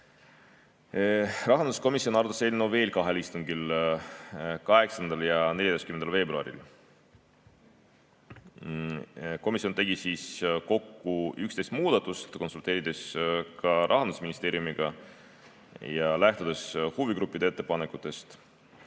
Rahanduskomisjon arutas eelnõu veel kahel istungil: 8. ja 14. veebruaril. Komisjon tegi siis kokku 11 muudatust, konsulteerides Rahandusministeeriumiga ja lähtudes huvigruppide ettepanekutest.